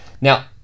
Now